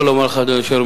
אדוני השר,